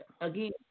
again